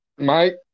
Mike